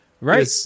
Right